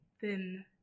thin